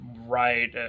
right